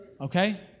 Okay